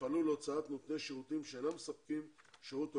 ויפעלו להוצאת נותני שירותים שאינם מספקים שירות הוגן,